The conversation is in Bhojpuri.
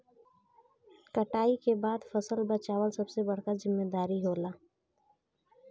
कटाई के बाद फसल बचावल सबसे बड़का जिम्मेदारी होला